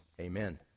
amen